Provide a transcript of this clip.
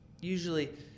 usually